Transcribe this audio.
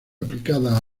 aplicada